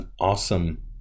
awesome